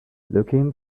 looking